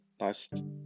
last